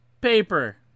paper